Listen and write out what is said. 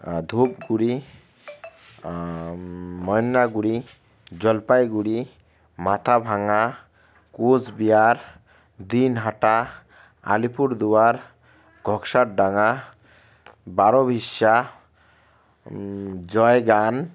ধুপগুড়ি ময়নাগুড়ি জলপাইগুড়ি মাথাভাঙা কোচবিহার দিনহাটা আলিপুরদুয়ার কক্সারডাঙ্গা বারোবিরসা জয়গান